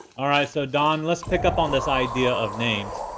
all right, so don, let's pick up on this idea of names.